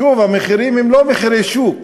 שוב, המחירים הם לא מחירי שוק.